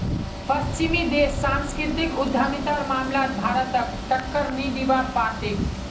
पश्चिमी देश सांस्कृतिक उद्यमितार मामलात भारतक टक्कर नी दीबा पा तेक